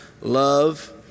love